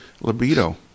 libido